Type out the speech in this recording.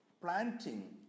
planting